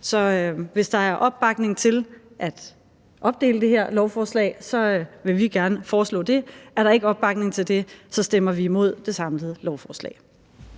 Så hvis der er opbakning til at opdele det her lovforslag, vil vi gerne foreslå det, men er der ikke opbakning til det, stemmer vi imod det samlede lovforslag.